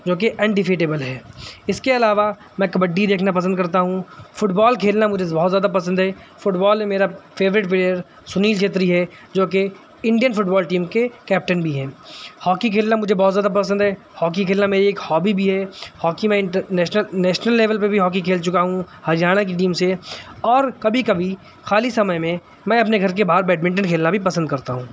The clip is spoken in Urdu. جو کہ ان ڈیفیٹیبل ہے اس کے علاوہ میں کبڈی دیکھنا پسند کرتا ہوں فٹ بال کھیلنا مجھے بہت زیادہ پسند ہے فٹ بال میں میرا فیوریٹ پلیئر سنیل جیتری ہے جو کہ انڈین فٹ بال ٹیم کے کیپٹن بھی ہیں ہاکی کھیلنا مجھے بہت زیادہ پسند ہے ہاکی کھیلنا میری ایک ہابی بھی ہے ہاکی میں انٹر نیشل نیشنل لیول پہ بھی ہاکی کھیل چکا ہوں ہریانہ کی ٹیم سے اور کبھی کبھی خالی سمے میں اپنے گھر کے باہر بیٹمینٹن کھیلنا بھی پسند کرتا ہوں